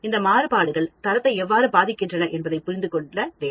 இந்த மாறுபாடுகள் தரத்தை எவ்வாறு பாதிக்கின்றன என்பதை நாம் புரிந்து கொள்ள வேண்டும்